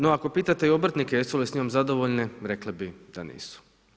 No ako pitate i obrtnike jesu li s njom zadovoljne, rekli bi da nisu.